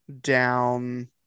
down